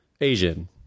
Asian